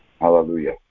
Hallelujah